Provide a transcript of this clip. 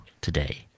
today